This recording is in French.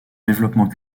développement